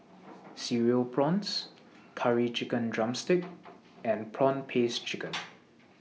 Cereal Prawns Curry Chicken Drumstick and Prawn Paste Chicken